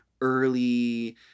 early